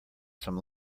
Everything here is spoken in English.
some